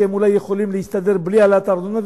שאולי יכולות להסתדר בלי העלאת הארנונה.